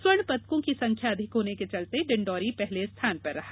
स्वर्ण पदकों की संख्या अधीक्षक होने के चलते डिंडौरी पहले स्थान पर रहा